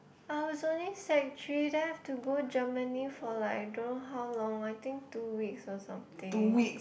I was only sec-three then I have to go Germany for like don't know how long I think two weeks or something